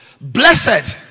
Blessed